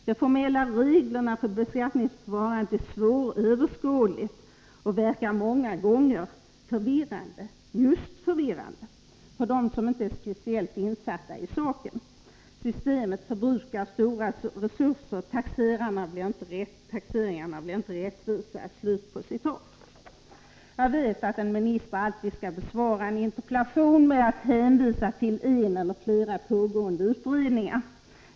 De formella reglerna för beskattningsförfarandet är svåröverskådliga och verkar många gånger förvirrande” — just förvirrande — ”för den som inte är specialist på saken. Systemet förbrukar stora resurser ——— taxeringarna blir inte så rättvisa ———.” Jag vet att en minister alltid skall besvara en interpellation med att hänvisa till en eller flera pågående utredningar.